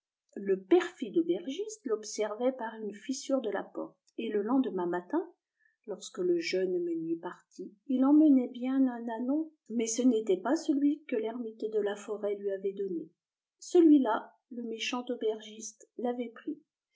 le perhde aubergiste l'observait par une fissure de la porte et le lendemain matin lorsque le jeune meunier partit il emmenait bien un ânon mais ce n'était pas celui que l'ermite de la forêt lui avait donné celui-là le méchant aubergiste l'avait pris